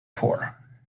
poor